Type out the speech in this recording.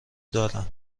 دارم